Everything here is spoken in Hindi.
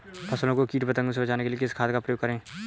फसलों को कीट पतंगों से बचाने के लिए किस खाद का प्रयोग करें?